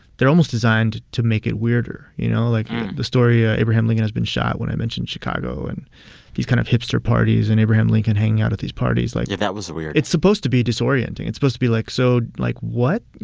they're almost designed to make it weirder, you know. like the story ah abraham lincoln has been shot when i mentioned chicago and these kind of hipster parties and abraham lincoln hanging out at these parties like. yeah, that was weird it's supposed to be disorienting. it's supposed to be like so like, what?